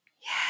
Yes